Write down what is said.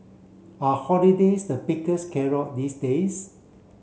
are holidays the biggest carrot these days